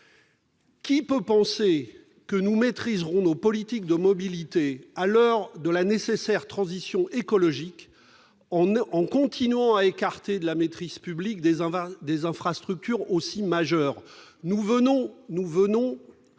Qui peut penser que nous maîtriserons nos politiques de mobilité, à l'heure de la nécessaire transition écologique, en continuant à écarter de la maîtrise publique des infrastructures aussi majeures ?